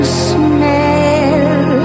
smell